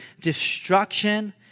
destruction